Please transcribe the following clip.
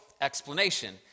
explanation